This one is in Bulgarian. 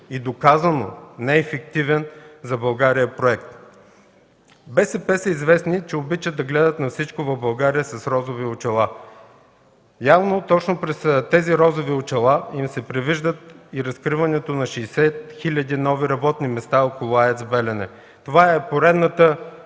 и доказано неефективен за България проект. БСП са известни, че обичат да гледат на всичко в България с розови очила. Явно точно през тези розови очила им се привижда и разкриването на 60 хиляди нови работни места около АЕЦ „Белене”. Това е поредната